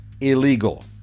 illegal